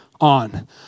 on